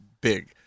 big